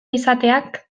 izateak